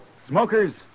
Smokers